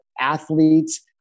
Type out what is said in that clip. athletes